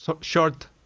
short